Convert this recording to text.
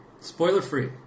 Spoiler-free